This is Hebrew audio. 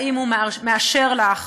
האם הוא מאשר לך?